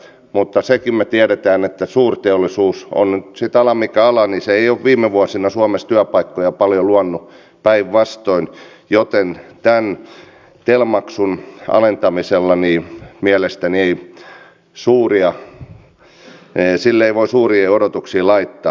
mutta senkin me tiedämme että suurteollisuus on sitten ala mikä tahansa ei ole viime vuosina suomessa työpaikkoja paljon luonut päinvastoin joten tälle tel maksun alentamiselle mielestäni ei suuria odotuksia voi laittaa